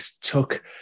took